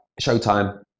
showtime